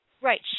Right